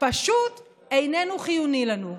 פשוט איננו חיוני לנו.